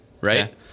Right